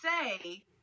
say